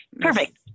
perfect